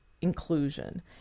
inclusion